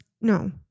no